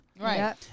Right